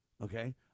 Okay